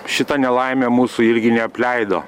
šita nelaimė mūsų irgi neapleido